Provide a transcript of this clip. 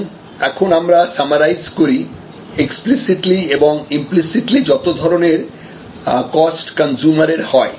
আসুন এখন আমরা সামারাইজ করি এক্সপ্লিসিটলি এবং ইম্প্লিসিটলি যত ধরনের কস্ট কনজ্যুমার এর হয়